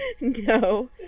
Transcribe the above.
no